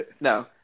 No